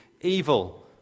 evil